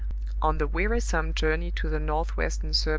on the wearisome journey to the northwestern suburb,